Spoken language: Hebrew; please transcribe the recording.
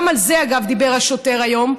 גם על זה, אגב, דיבר השוטר היום.